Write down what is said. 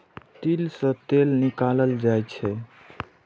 तिल सं तेल निकालल जाइ छै